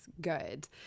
good